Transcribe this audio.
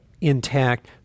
intact